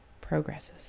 progresses